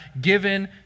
given